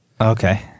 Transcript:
Okay